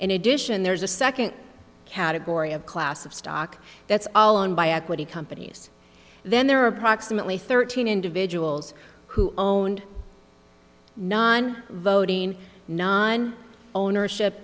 in addition there's a second category of class of stock that's all owned by equity companies then there are approximately thirteen individuals who own non voting non ownership